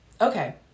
Okay